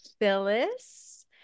Phyllis